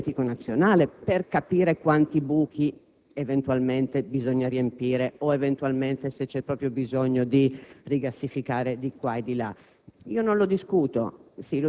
È ora di fare il piano energetico nazionale per capire quanti buchi eventualmente bisogna riempire o se c'è proprio bisogno di gassificare. Vorrei